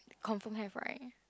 confirm have right